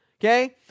okay